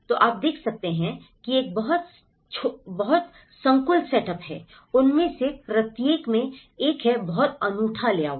तो आप देख सकते हैं यह एक बहुत संकुल सेटअप है उनमें से प्रत्येक में एक है बहुत अनूठा लेआउट